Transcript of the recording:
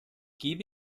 gebe